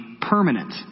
permanent